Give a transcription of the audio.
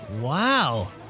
Wow